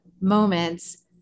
moments